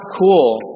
cool